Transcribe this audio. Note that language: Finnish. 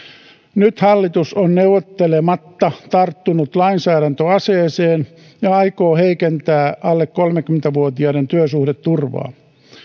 nyt hallitus on neuvottelematta tarttunut lainsäädäntöaseeseen ja aikoo heikentää alle kolmekymmentä vuotiaiden työsuhdeturvaa